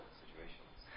situations